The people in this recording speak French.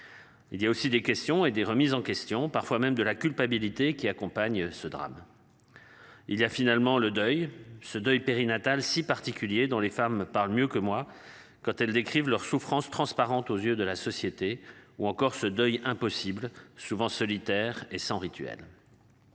Il y a aussi des questions et des remises en questions, parfois même de la culpabilité qui accompagne ce drame. Il y a finalement le deuil ce deuil périnatal si particulier dans les femmes parlent mieux que moi, quand elles décrivent leur souffrance transparente aux yeux de la société ou encore ce deuil impossible souvent solitaire et sans rituel.